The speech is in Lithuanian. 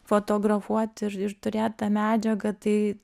fotografuot ir ir turėt tą medžiagą tai